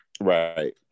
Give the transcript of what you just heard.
Right